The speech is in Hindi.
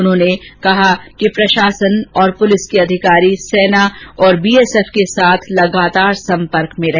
उन्होंने निर्देश दिए कि प्रशासन और पुलिस के अधिकारी सेना और बीएसएफ के साथ सतृत सम्पर्क में रहे